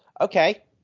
Okay